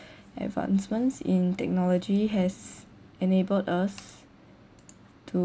advancements in technology has enabled us to